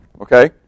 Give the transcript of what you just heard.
Okay